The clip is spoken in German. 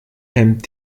hemmt